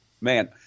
Man